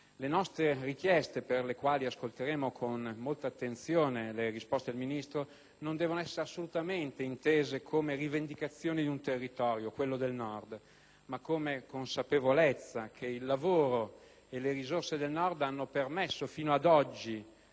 Le nostre richieste, per le quali ascolteremo con molta attenzione le risposte del Ministro, non devono essere assolutamente intese come rivendicazione di un territorio, quello del Nord, ma come consapevolezza che il lavoro e le risorse del Nord hanno permesso fino ad oggi